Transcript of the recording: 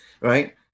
right